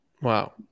Wow